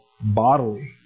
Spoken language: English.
bodily